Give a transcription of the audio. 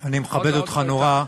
אני מכבד אותך נורא,